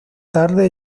tarde